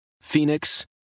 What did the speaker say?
Phoenix